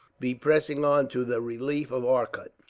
be pressing on to the relief of arcot.